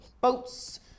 boats